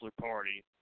party